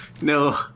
no